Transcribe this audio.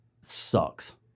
sucks